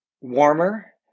warmer